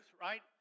right